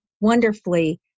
wonderfully